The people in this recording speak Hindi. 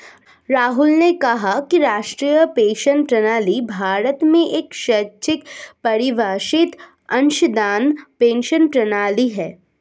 राहुल ने कहा कि राष्ट्रीय पेंशन प्रणाली भारत में एक स्वैच्छिक परिभाषित अंशदान पेंशन प्रणाली है